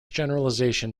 generalization